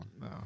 No